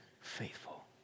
faithful